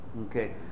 Okay